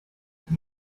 when